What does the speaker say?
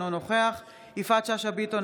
אינו נוכח יפעת שאשא ביטון,